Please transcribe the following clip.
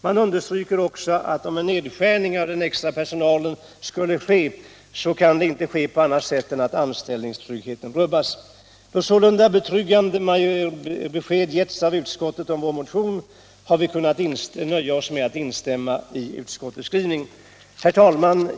Man understryker också, att om en nedskärning av den extra personalen skulle ske, så kan detta inte ske på annat sätt än att anställningstryggheten rubbas. Då sålunda betryggande besked getts av utskottet om vår motion, har vi kunnat nöja oss med att instämma i utskottets skrivning. Herr talman!